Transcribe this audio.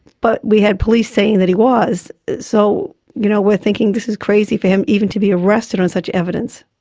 but we had police saying that he was, so you know, we're thinking this is crazy for him even to be arrested on such evidence.